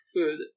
food